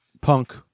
punk